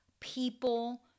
people